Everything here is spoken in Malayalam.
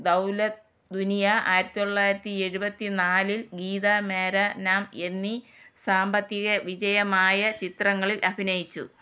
ദൗലത്ത് ദുനിയ ആയിരത്തി തൊള്ളയിരത്തി എഴുപത്തി നാലിൽ ഗീത മേരാ നാം എന്നീ സാമ്പത്തിക വിജയമായ ചിത്രങ്ങളിൽ അഭിനയിച്ചു